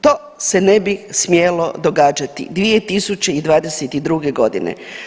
To se ne bi smjelo događati 2022. godine.